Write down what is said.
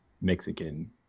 Mexican